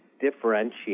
differentiate